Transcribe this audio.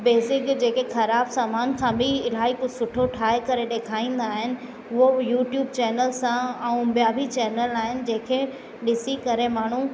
basic जेके ख़राबु सामान सां बि इलाही कुझु सुठो ठाहे करे ॾेखारींदा आहिनि उहो यूट्यूब चैनल सां ऐं ॿिया बि चैनल आहिनि जेके ॾिसी करे माण्हू